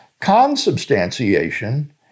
consubstantiation